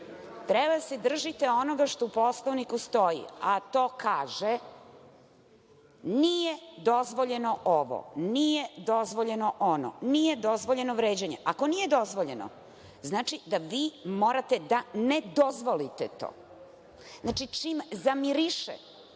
treba da se držite onoga što u Poslovniku stoji, a to kaže nije dozvoljeno ovo, nije dozvoljeno ono, nije dozvoljeno vređanje. Ako nije dozvoljeno znači da vi morate da ne dozvolite to. Znači, čim zamiriše